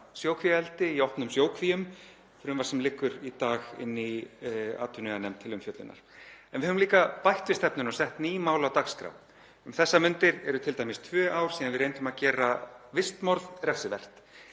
sjókvíaeldi í opnum sjókvíum, frumvarp sem liggur í dag inni í atvinnuveganefnd til umfjöllunar. En við höfum líka bætt við stefnuna og sett ný mál á dagskrá. Um þessar mundir eru t.d. tvö ár síðan við reyndum að gera vistmorð refsivert.